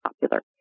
popular